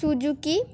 Suzuki